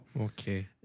Okay